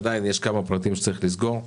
עדיין יש כמה פרטים שצריך לסגור,